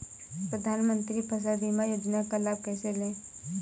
प्रधानमंत्री फसल बीमा योजना का लाभ कैसे लें?